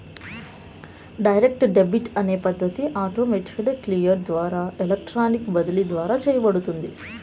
direct debit అనే పద్ధతి automated clear ద్వారా ఎలక్ట్రానిక్ బదిలీ ద్వారా చేయబడుతుంది